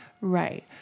Right